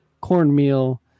cornmeal